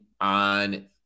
on